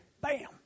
Bam